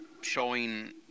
showing